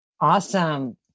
Awesome